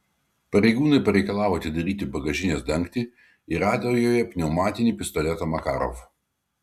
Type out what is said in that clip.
pareigūnai pareikalavo atidaryti bagažinės dangtį ir rado joje pneumatinį pistoletą makarov